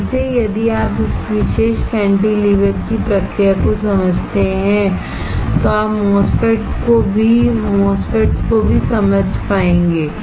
फिर से यदि आप इस विशेष कैंटिलीवर की प्रक्रिया को समझते हैं तो आप MOSFETs को भी समझ पाएंगे